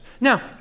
Now